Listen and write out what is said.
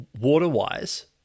water-wise